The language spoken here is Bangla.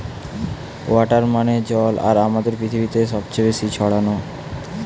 ওয়াটার মানে জল আর আমাদের পৃথিবীতে সবচে বেশি ছড়ানো